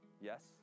Yes